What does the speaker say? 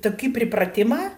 tokį pripratimą